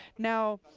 now,